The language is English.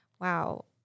wow